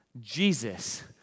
Jesus